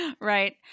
Right